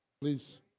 please